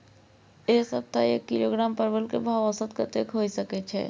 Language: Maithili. ऐ सप्ताह एक किलोग्राम परवल के भाव औसत कतेक होय सके छै?